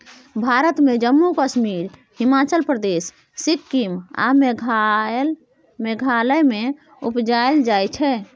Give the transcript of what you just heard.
भारत मे जम्मु कश्मीर, हिमाचल प्रदेश, सिक्किम आ मेघालय मे उपजाएल जाइ छै